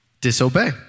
Disobey